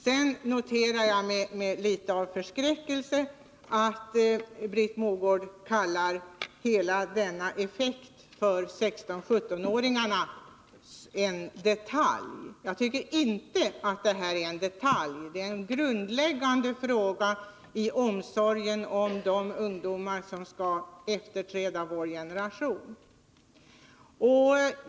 Sedan noterar jag med något av förskräckelse att Britt Mogård kallar hela denna effekt för 16-17-åringarna för en detalj. Jag tycker inte att det är en detalj, utan det är en grundläggande fråga i omsorgen om de ungdomar som skall efterträda vår generation.